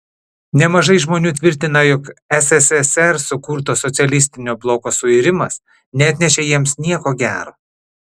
nemažai žmonių tvirtina jog sssr sukurto socialistinio bloko suirimas neatnešė jiems nieko gero